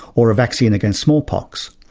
or a vaccine against smallpox.